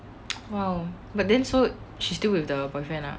!wow! but then so she still with her boyfriend lah